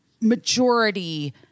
majority